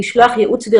זה